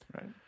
Right